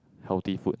healthy food